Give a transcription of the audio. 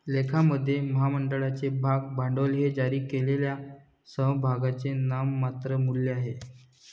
लेखामध्ये, महामंडळाचे भाग भांडवल हे जारी केलेल्या समभागांचे नाममात्र मूल्य आहे